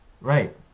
Right